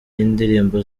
y’indirimbo